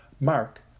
Mark